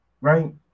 right